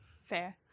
Fair